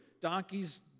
Donkey's